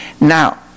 Now